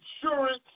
insurance